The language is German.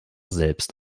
selbst